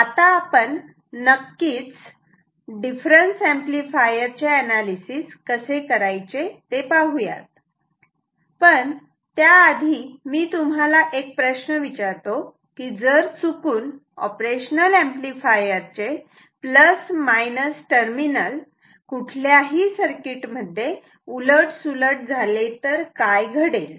आता आपण नक्कीच डिफरेन्स ऍम्प्लिफायर चे अनालीसिस कसे करायचे ते पाहूयात पण त्याआधी मी तुम्हाला एक प्रश्न विचारतो की जर चुकून ऑपरेशनल ऍम्प्लिफायर चे प्लस मायनस टर्मिनल कुठल्याही सर्किट मध्ये उलट सुलट झाले तर काय घडेल